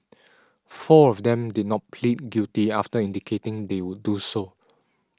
four of them did not plead guilty after indicating they would do so